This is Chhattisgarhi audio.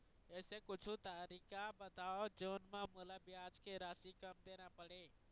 ऐसे कुछू तरीका बताव जोन म मोला ब्याज के राशि कम देना पड़े?